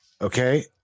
Okay